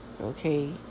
okay